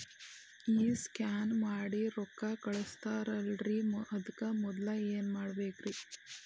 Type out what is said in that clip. ಈ ಸ್ಕ್ಯಾನ್ ಮಾಡಿ ರೊಕ್ಕ ಕಳಸ್ತಾರಲ್ರಿ ಅದಕ್ಕೆ ಮೊದಲ ಏನ್ ಮಾಡ್ಬೇಕ್ರಿ?